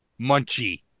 Munchie